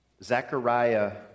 Zechariah